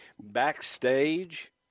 Backstage